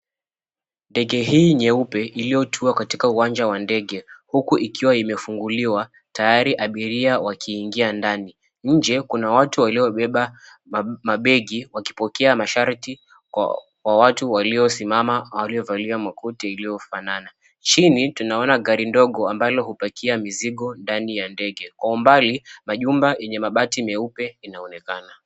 Ndege hii nyeupe iliyotua katika uwanja wa ndege, huku ikiwa imefunguliwa tayari abiria wakiingia ndani. Nje kuna watu waliobeba mabegi wakipokea masharti kwa watu waliosimama waliovalia makoti iliyofanana. Chini tunaona gari ndogo ambalo hupakia mizigo ndani ya ndege. Kwa umbali majumba yenye mabati meupe inaonekana.